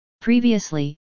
Previously